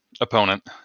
opponent